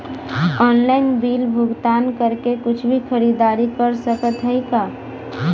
Online bill भुगतान करके कुछ भी खरीदारी कर सकत हई का?